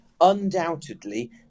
undoubtedly